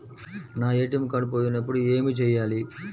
నా ATM card పోయినప్పుడు ఏమి చేయాలి?